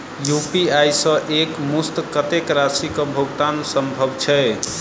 UPI सऽ एक मुस्त कत्तेक राशि कऽ भुगतान सम्भव छई?